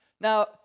Now